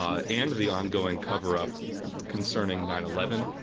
um and the ongoing cover-up concerning nine eleven,